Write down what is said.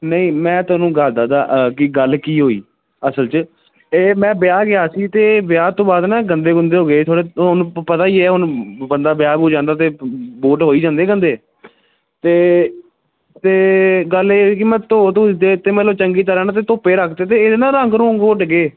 ਨਹੀਂ ਮੈਂ ਤੁਹਾਨੂੰ ਗੱਲ ਦੱਸਦਾ ਕਿ ਗੱਲ ਕੀ ਹੋਈ ਅਸਲ 'ਚ ਇਹ ਮੈਂ ਵਿਆਹ ਗਿਆ ਸੀ ਅਤੇ ਵਿਆਹ ਤੋਂ ਬਾਅਦ ਨਾ ਗੰਦੇ ਗੁੰਦੇ ਹੋ ਗਏ ਥੋੜ੍ਹੇ ਤੁਹਾਨੂੰ ਪਤਾ ਹੀ ਹੈ ਹੁਣ ਬੰਦਾ ਵਿਆਹ ਵਿਹੁਅ ਜਾਂਦਾ ਅਤੇ ਬੂਟ ਹੋ ਹੀ ਜਾਂਦੇ ਗੰਦੇ ਤੇ ਤੇ ਗੱਲ ਇਹ ਹੋਈ ਕਿ ਮੈਂ ਧੋ ਧੂ ਦਿੱਤੇ ਅਤੇ ਮੈ ਇਹਨੂੰ ਚੰਗੀ ਤਰ੍ਹਾਂ ਨਾ ਅਤੇ ਧੁੱਪੇ ਰੱਖ ਦਿੱਤੇ ਅਤੇ ਇਹਦੇ ਨਾ ਰੰਗ ਰੁੰਗ ਉੱਡ ਗਏ